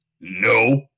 No